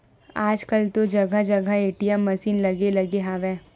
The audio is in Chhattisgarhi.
आजकल तो जगा जगा ए.टी.एम मसीन लगे लगे हवय